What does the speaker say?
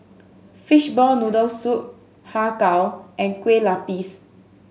Fishball Noodle Soup Har Kow and Kueh Lapis